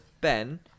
Ben